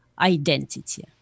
identity